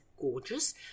gorgeous